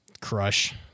crush